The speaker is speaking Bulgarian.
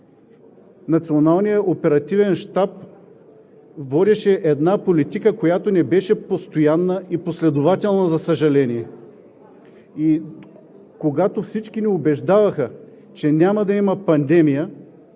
Националният оперативен щаб водеше една политика, която не беше постоянна и последователна, за съжаление. Когато всички ни убеждаваха, че няма да има пандемия,